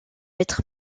être